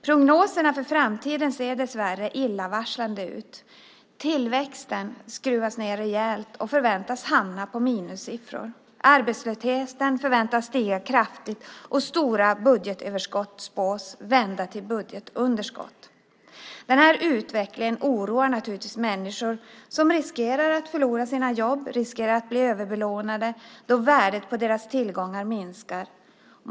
Prognoserna för framtiden ser dessvärre illavarslande ut. Tillväxten skruvas ned rejält och förväntas förvandlas i minussiffror, arbetslösheten förväntas stiga kraftigt och stora budgetöverskott spås vända till budgetunderskott. Denna utveckling oroar naturligtvis människor som riskerar att förlora sina jobb, riskerar att bli överbelånade då värdet på deras tillgångar minskar.